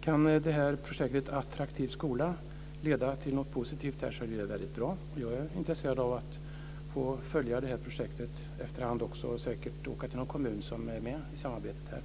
Kan projektet Attraktiv skola leda till någonting positivt är det väldigt bra. Jag är intresserad av att följa projektet och så småningom besöka någon kommun som är med i samarbetet.